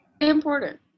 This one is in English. Important